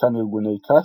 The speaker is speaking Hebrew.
חלקם ארגוני קש,